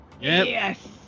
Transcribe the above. Yes